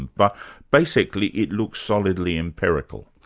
but basically it looks solidly empirical.